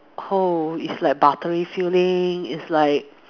oh it's like buttery feeling it's like